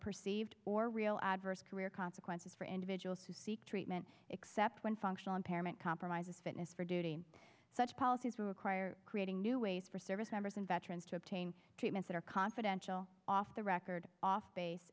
perceived or real adverse career consequences for individuals who seek treatment except when functional impairment compromises fitness for duty such policies require creating new ways for service members and veterans to obtain treatment that are confidential off the record off base